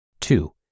Two